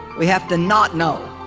we have to not know